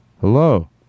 Hello